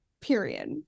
Period